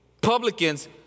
publicans